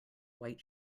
white